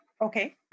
Okay